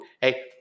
Hey